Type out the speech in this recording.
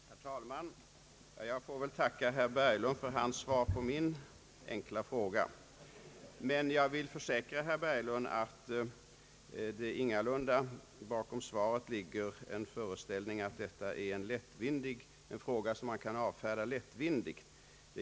Herr talman! Jag får väl tacka herr Berglund för hans svar på min enkla fråga! Jag vill försäkra herr Berglund att jag med svaret ingalunda ville ge en föreställning om att detta är en fråga som man kan avfärda lättvindigt.